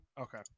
Okay